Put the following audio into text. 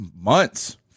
months